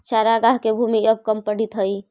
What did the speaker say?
चरागाह के भूमि अब कम पड़ीत हइ